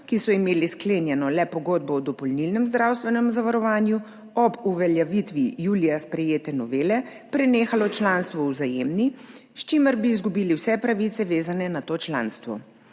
ki so imeli sklenjeno le Pogodbo o dopolnilnem zdravstvenem zavarovanju, ob uveljavitvi julija sprejete novele prenehalo članstvo v Vzajemni, s čimer bi izgubili vse pravice vezane na to članstvo.